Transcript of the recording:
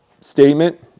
statement